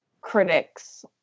critics